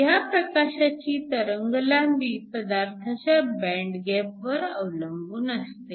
ह्या प्रकाशाची तरंगलांबी पदार्थाच्या बँड गॅप वर अवलंबून असते